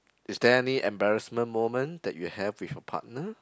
is there any embarrassment moment that you have with your partner